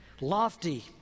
lofty